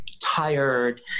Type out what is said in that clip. tired